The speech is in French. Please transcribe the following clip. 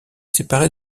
séparé